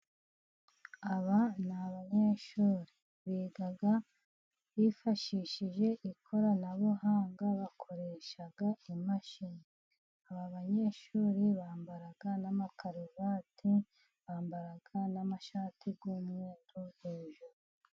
Aba ni abanyeshuri. Biga bifashishije ikoranabuhanga bakoresha machine. Aba banyeshuri bambara n'amakaruvati, bambara n'amashati y'umwe hejuru.